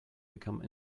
become